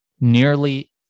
nearly